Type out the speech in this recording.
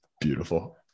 Beautiful